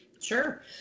Sure